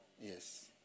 Yes